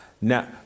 Now